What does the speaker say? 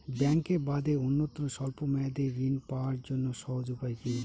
ব্যাঙ্কে বাদে অন্যত্র স্বল্প মেয়াদি ঋণ পাওয়ার জন্য সহজ উপায় কি?